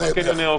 אם נלך על הכל,